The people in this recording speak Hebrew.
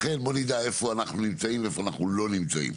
לכן בוא נדע איפה אנחנו נמצאים ואיפה אנחנו לא נמצאים.